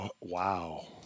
Wow